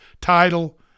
title